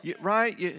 right